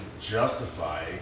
justify